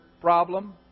problem